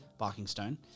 Barkingstone